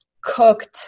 cooked